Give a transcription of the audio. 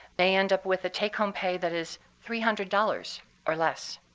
they end up with a take-home pay that is three hundred dollars or less.